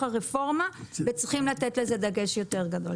הרפורמה וצריכים לתת לזה דגש יותר גדול.